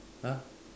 !huh!